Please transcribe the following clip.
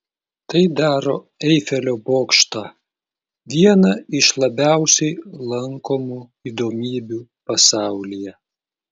tai daro eifelio bokštą viena iš labiausiai lankomų įdomybių pasaulyje